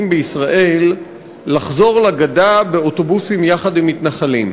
בישראל לחזור לגדה באוטובוסים יחד עם מתנחלים.